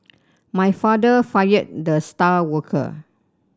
my father fired the star worker